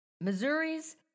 Missouri's